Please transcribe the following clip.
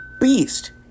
beast